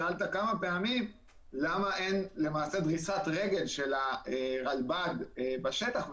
שאלת כמה פעמים למה אין למעשה דריסת רגל של הרלב"ד בשטח.